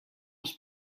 was